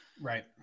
Right